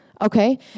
okay